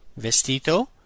Vestito